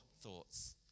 thoughts